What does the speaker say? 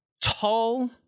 tall